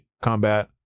combat